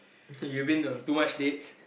you been on too much dates